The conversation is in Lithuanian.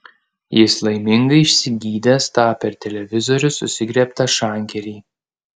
jis laimingai išsigydęs tą per televizorių susigriebtą šankerį